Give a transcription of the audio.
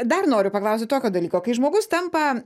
dar noriu paklausti tokio dalyko kai žmogus tampa